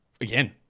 again